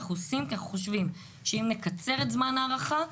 אנחנו עושים כי אנחנו חושבים שאם נקצר את זמן ההארכה,